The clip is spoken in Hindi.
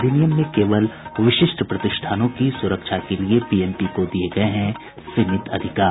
अधिनियम में केवल विशिष्ट प्रतिष्ठानों की सुरक्षा के लिये बीएमपी को दिये गये हैं सीमित अधिकार